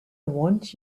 want